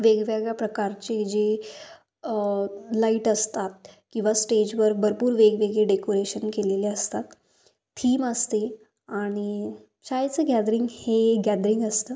वेगवेगळ्या प्रकारचे जे लाईट असतात किंवा स्टेजवर भरपूर वेगवेगळे डेकोरेशन केलेले असतात थीम असते आणि शाळेचं गॅदरिंग हे एक गॅदरिंग असतात